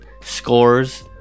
scores